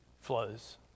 flows